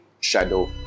shadow